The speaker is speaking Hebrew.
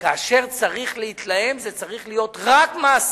כאשר צריך להתלהם, זה צריך להיות רק מעשי.